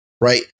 right